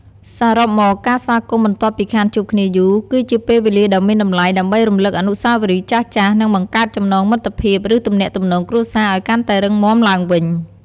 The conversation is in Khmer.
សរុបមក ការស្វាគមន៍បន្ទាប់ពីខានជួបគ្នាយូរ គឺជាពេលវេលាដ៏មានតម្លៃដើម្បីរំលឹកអនុស្សាវរីយ៍ចាស់ៗ និងបង្កើតចំណងមិត្តភាព ឬទំនាក់ទំនងគ្រួសារឱ្យកាន់តែរឹងមាំឡើងវិញ។